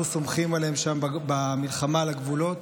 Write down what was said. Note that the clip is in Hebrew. אנחנו סומכים עליהם שם במלחמה על הגבולות.